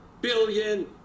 billion